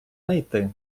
найти